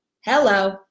Hello